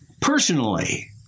personally